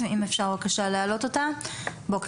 את